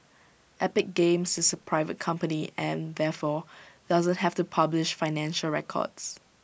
epic games is A private company and therefore doesn't have to publish financial records